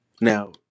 Now